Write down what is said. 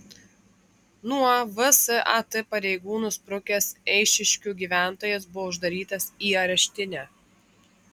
nuo vsat pareigūnų sprukęs eišiškių gyventojas buvo uždarytas į areštinę